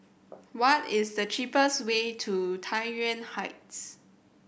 what is the cheapest way to Tai Yuan Heights